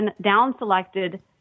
down-selected